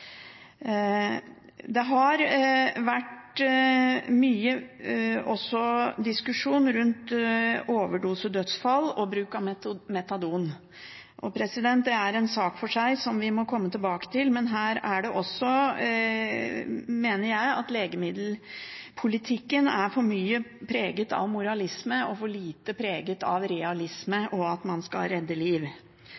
Det har også vært mye diskusjon rundt overdosedødsfall og bruk av metadon. Det er en sak for seg, som vi må komme tilbake til, men her mener jeg at legemiddelpolitikken er for mye preget av moralisme og for lite preget av realisme